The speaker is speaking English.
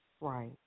Right